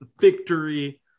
victory